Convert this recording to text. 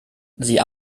sie